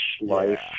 life